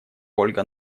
ольга